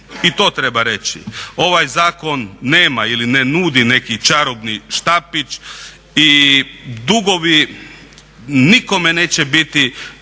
i to treba reći, ovaj zakon nema ili ne nudi neki čarobni štapić i dugovi nikome neće biti